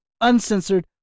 uncensored